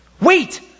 Wait